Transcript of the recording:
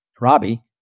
Robbie